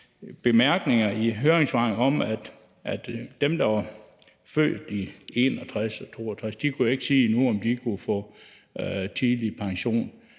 i høringssvarene om dem, der er født i 1961 og 1962, for hvem man endnu ikke kunne sige, om de kunne få tidlig pension.